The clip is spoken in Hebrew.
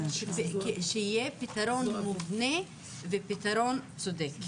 שיהיה פתרון מובנה ופתרון צודק.